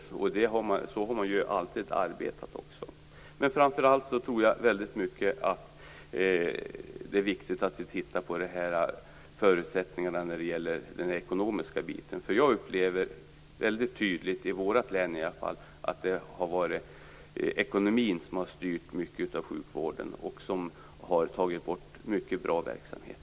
Så har man alltid arbetat. Det är viktigt att vi tittar på förutsättningar för den ekonomiska delen. Jag har tydligt upplevt i mitt län att ekonomin har styrt sjukvården och många bra verksamheter har tagits bort.